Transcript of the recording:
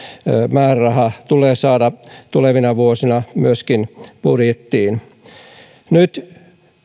määräraha tulee saada myöskin tulevina vuosina budjettiin nyt